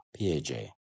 PAJ